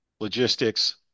logistics